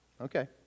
Okay